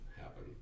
happen